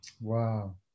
Wow